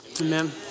Amen